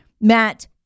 Matt